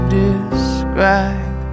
describe